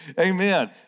amen